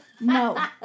No